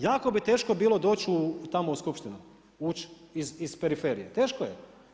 Jako bi teško bilo doći tamo u skupštinu, ući iz periferije, teško je.